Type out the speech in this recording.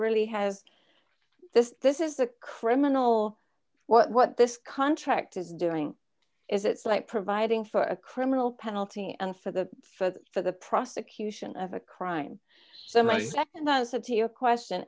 really has this this is a criminal what this contract is doing is it's like providing for a criminal penalty and for the for the for the prosecution of a crime so may nd does that to your question